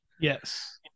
Yes